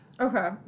Okay